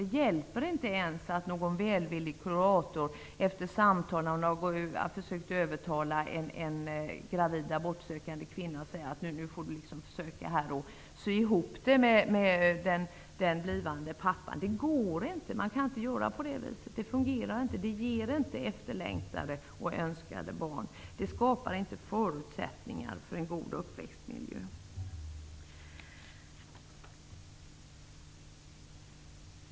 Det hjälper inte ens att någon välvillig kurator försöker övertala en gravid abortsökande kvinna och säger: Nu får du försöka sy ihop det med den blivande pappan. Det går inte att göra på det viset. Det fungerar inte. Det ger inte efterlängtade och önskade barn. Det skapar inte förutsättningar för en god uppväxtmiljö.